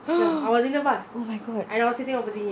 oh my god